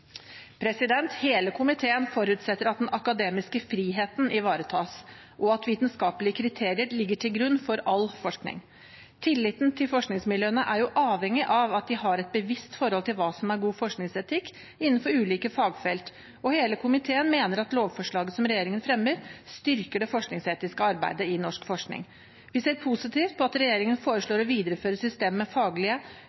Hele komiteen forutsetter at den akademiske friheten ivaretas, og at vitenskapelige kriterier ligger til grunn for all forskning. Tilliten til forskningsmiljøene er avhengig av at de har et bevisst forhold til hva som er god forskningsetikk innenfor ulike fagfelt, og hele komiteen mener at lovforslaget som regjeringen fremmer, styrker det forskningsetiske arbeidet i norsk forskning. Vi ser positivt på at regjeringen